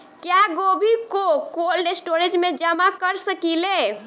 क्या गोभी को कोल्ड स्टोरेज में जमा कर सकिले?